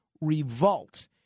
Revolt